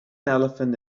elephant